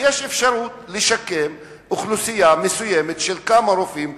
אז יש אפשרות לשקם אוכלוסייה מסוימת של כמה רופאים,